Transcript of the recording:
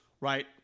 right